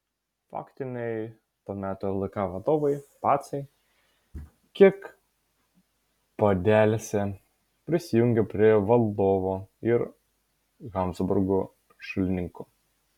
faktiniai to meto ldk valdovai pacai kiek padelsę prisijungė prie valdovo ir habsburgų šalininkų